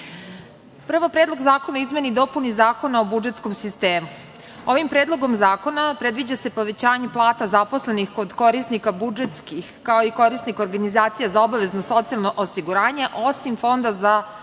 Predlog zakona o izmeni i dopuni Zakona o budžetskom sistemu. Ovim predlogom zakona se predviđa povećanje plata zaposlenih kod korisnika budžetskih, kao i korisnika organizacija za obavezno socijalno osiguranje, osim Fonda za socijalno